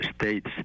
states